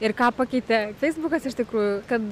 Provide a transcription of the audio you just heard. ir ką pakeitė feisbukas iš tikrųjų kad